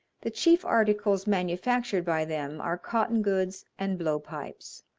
the chief articles manufactured by them are cotton goods and blowpipes.